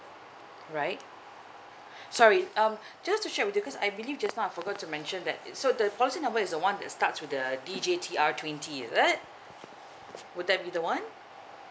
right sorry um just to share with you because I believe just now I forgot to mention that it's so the policy number is the one that starts with the D J T R twenty is it would that be the one